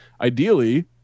Ideally